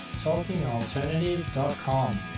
talkingalternative.com